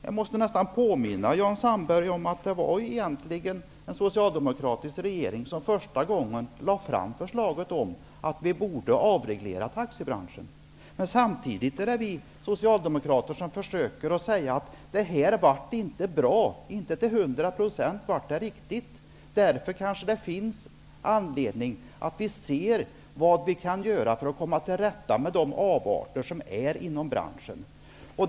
Jag måste nästan påminna Jan Sandberg om att det egentligen var en socialdemokratisk regering som första gången lade fram förslaget om en avreglering av taxibranschen. Samtidigt är det vi Socialdemokrater som försöker säga att detta inte till hundra procent blev bra. Därför kanske det finns anledning att se vad vi kan göra för att komma till rätta med de avarter som finns inom branschen.